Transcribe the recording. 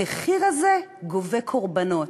המחיר הזה גובה קורבנות,